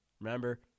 Remember